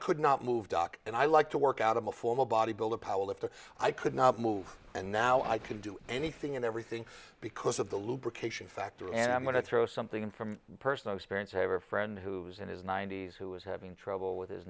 could not move doc and i like to work out i'm a formal body builder powell if i could not move and now i can do anything and everything because of the lubrication factor and i'm going to throw something from personal experience i have a friend who was in his ninety's who was having trouble with his